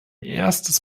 erstes